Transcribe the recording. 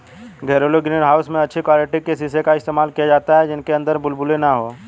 घरेलू greenhouse में अच्छी क्वालिटी के शीशे का इस्तेमाल किया जाता है जिनके अंदर बुलबुले ना हो